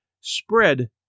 spread